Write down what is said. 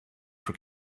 for